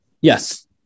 Yes